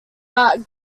but